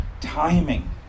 timing